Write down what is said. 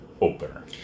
opener